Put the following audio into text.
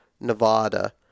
Nevada